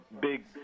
big